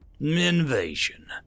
Invasion